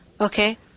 Okay